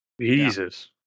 Jesus